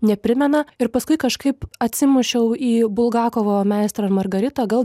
neprimena ir paskui kažkaip atsimušiau į bulgakovo meistrą ir margaritą gal